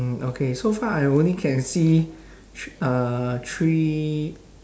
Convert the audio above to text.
mm okay so far I only can see thr~ uh three